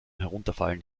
herunterfallen